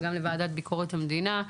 וגם לוועדת ביקורת המדינה,